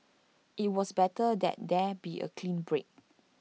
IT was better that there be A clean break